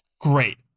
Great